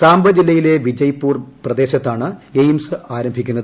സാംബ ജില്ലയിലെ വിജയ്പൂർ പ്രദേശത്താണ് എയിംസ് ആരംഭിക്കുന്നത്